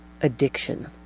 addiction